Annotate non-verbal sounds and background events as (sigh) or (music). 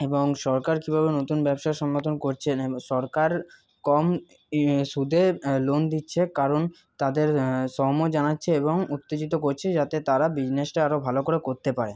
এবং সরকার কীভাবে নতুন ব্যবসার সংগঠন করছেন (unintelligible) সরকার কম সুদে লোন দিচ্ছে কারণ তাদের (unintelligible) জানাচ্ছে এবং উত্তেজিত করছে যাতে তারা বিসনেসটা আরও ভালো করতে পারে